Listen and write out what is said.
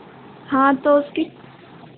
हाँ तो उसकी